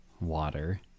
water